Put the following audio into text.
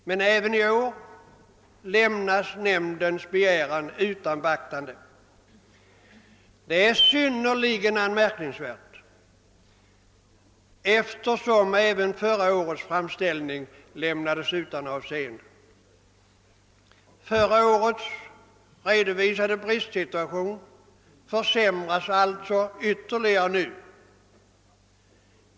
Men även i år lämnas nämndens begäran utan beaktande. Det är synnerligen allvarligt, eftersom även förra årets framställning lämnades utan avseende. Förra årets redovisade bristsituation försämras alltså nu ytterligare.